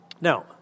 Now